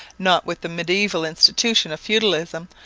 not with the mediaeval institution of feudalism,